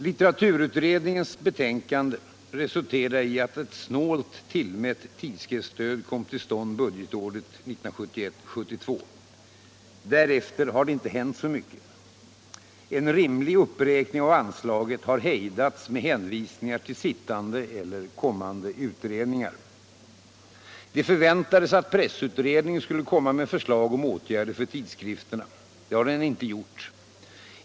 Litteraturutredningens betänkande resulterade i att ett snålt tillmätt tidskriftsstöd kom till stånd budgetåret 1971/72. Därefter har det inte hänt så mycket. En rimlig uppräkning av anslaget har hejdats med hänvisningar till sittande eller kommande utredningar. Det förväntades att pressutredningen skulle komma med förslag om åtgärder för tidskrifterna. Det har den inte gjort.